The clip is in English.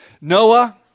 Noah